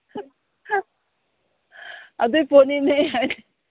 ꯑꯗꯨꯒꯤ ꯄꯣꯠꯅꯤꯅꯦ ꯑꯩ